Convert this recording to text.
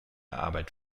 arbeit